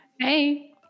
Hey